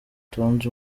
tonzi